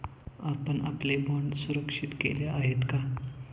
आपण आपले बाँड सुरक्षित केले आहेत का?